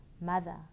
mother